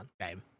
game